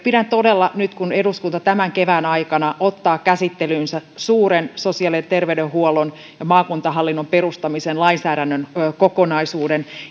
mielestäni todella nyt kun eduskunta tämän kevään aikana ottaa käsittelyynsä suuren sosiaali ja terveydenhuollon ja maakuntahallinnon perustamisen lainsäädännön kokonaisuuden